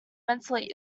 mentally